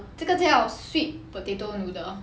这个叫 sweet potato noodle